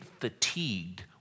fatigued